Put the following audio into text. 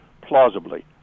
plausibly